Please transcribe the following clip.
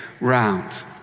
round